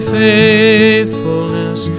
faithfulness